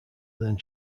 than